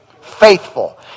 Faithful